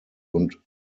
und